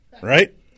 right